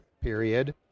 period